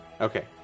Okay